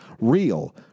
Real